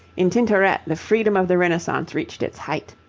in tintoret the freedom of the renaissance reached its height.